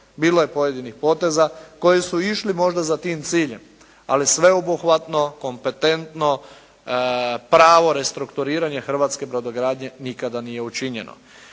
Bilo je pojedinih poteza koji su išli možda za tim ciljem, ali sveobuhvatno, kompetentno pravo restrukturiranja hrvatske brodogradnje nikada nije učinjeno.